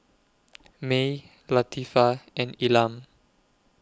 Mae Latifah and Elam